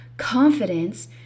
confidence